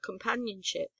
companionship